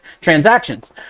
transactions